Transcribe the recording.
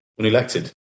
unelected